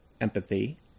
empathy